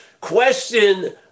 question